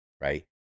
right